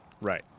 right